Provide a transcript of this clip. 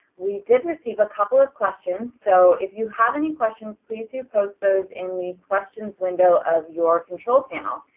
we did receive a couple of questions. so if you have any questions please do post those in the questions window of your control panel.